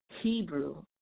Hebrew